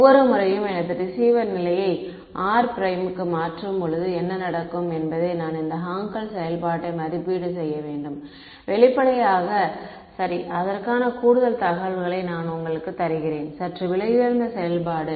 ஒவ்வொரு முறையும் எனது ரிசீவர் நிலையை r ப்ரைம்க்கு மாற்றும்போது என்ன நடக்கும் என்பதை நான் இந்த ஹாங்கல் செயல்பாட்டை மதிப்பீடு செய்ய வேண்டும் வெளிப்படையாக சரி அதற்கான கூடுதல் தகவல்களை நான் உங்களுக்கு தருகிறேன் சற்று விலையுயர்ந்த செயல்பாடு